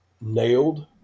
nailed